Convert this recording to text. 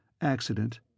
accident